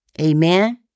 Amen